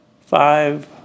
five